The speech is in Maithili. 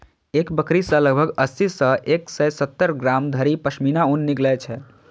एक बकरी सं लगभग अस्सी सं एक सय सत्तर ग्राम धरि पश्मीना ऊन निकलै छै